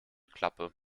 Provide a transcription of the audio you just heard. klappe